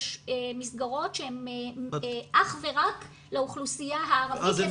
שהן מסגרות שהן אך ורק לאוכלוסייה הערבית,